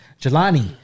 Jelani